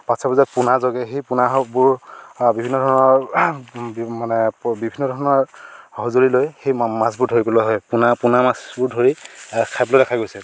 পাছত যেতিয়া পোনা জগে সেই পোনাহকবোৰ বিভিন্ন ধৰণৰ মানে বিভিন্ন ধৰণৰ সজুঁলি লৈ সেই মাছবোৰ ধৰি পেলোৱা হয় পোনা পোনা মাছবোৰ ধৰি খাই খাই পেলোৱা দেখা গৈছে